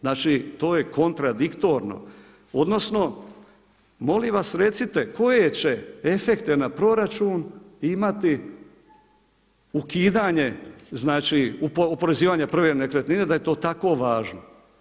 Znači to je kontradiktorno, odnosno molim vas recite koje će efekte na proračun imati ukidanje znači oporezivanje promjene nekretnine da je to tako važno?